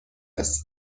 است